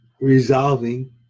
resolving